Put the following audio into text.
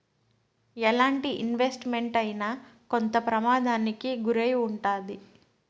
ఎలాంటి investment అయినా కొంత ప్రమాదానికి గురై ఉంటాది